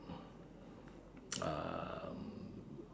um